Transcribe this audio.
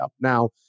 Now